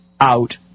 out